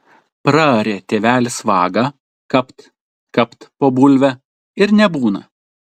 praarė tėvelis vagą kapt kapt po bulvę ir nebūna